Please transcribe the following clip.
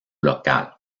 local